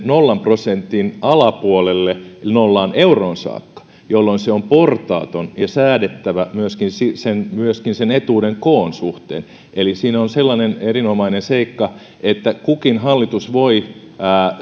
nollan prosentin alapuolelle eli nollaan euroon saakka jolloin se on portaaton ja säädettävä myöskin etuuden koon suhteen eli siinä on sellainen erinomainen seikka että kukin hallitus voi